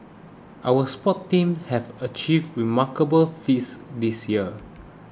our sports teams have achieved remarkable feats this year